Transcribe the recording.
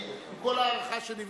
עם כל ההערכה שלי,